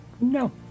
No